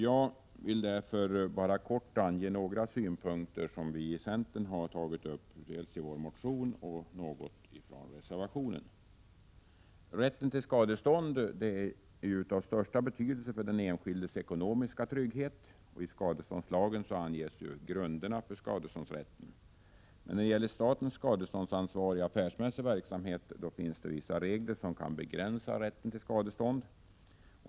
Jag vill därför bara kort anföra några synpunkter som vi i centern tagit upp dels i vår motion, dels i reservationen. Rätten till skadestånd är av största betydelse för den enskildes ekonomiska trygghet. I skadeståndslagen anges ju grunderna för skadeståndsrätten. Men när det gäller statens skadeståndsansvar i affärsmässig verksamhet finns det vissa regler som begränsar rätten till skadestånd.